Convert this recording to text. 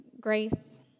grace